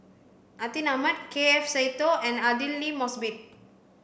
Atin Amat K F Seetoh and Aidli Mosbit